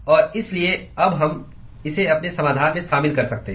और इसलिए अब हम इसे अपने समाधान में शामिल कर सकते हैं